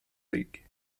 league